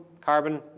carbon